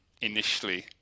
initially